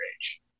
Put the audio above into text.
age